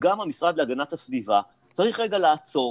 גם המשרד להגנת הסביבה צריך רגע לעצור